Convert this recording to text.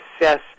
assess